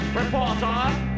reporter